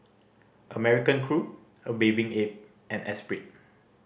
American Crew A Bathing Ape and Esprit